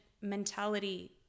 mentality